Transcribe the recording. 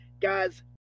guys